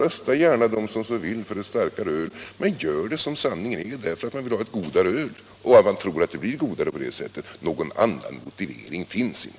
Rösta gärna, ni som så vill, för det starkare ölet, men gör det som sanningen är därför att ni vill ha ett godare öl och tror att det blir godare om det är starkare. Någon annan motivering finns inte.